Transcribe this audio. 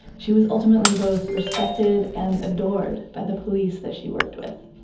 she was ultimately both respected and adored by the police that she worked with.